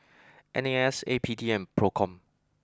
N A S A P D and Procom